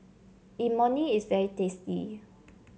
Imoni is very tasty